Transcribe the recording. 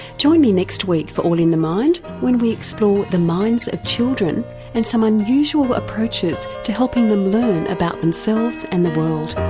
join me next week for all in the mind when we explore the minds of children and some unusual approaches to helping them learn about themselves and the world.